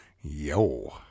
Yo